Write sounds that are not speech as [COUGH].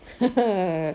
[LAUGHS]